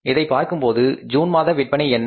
இதைப் பார்க்கும்போது ஜூன் மாத விற்பனை என்ன